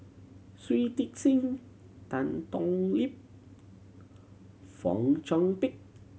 Shui Tit Sing Tan Thoon Lip Fong Chong Pik